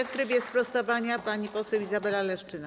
W trybie sprostowania pani poseł Izabela Leszczyna.